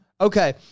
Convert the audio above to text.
Okay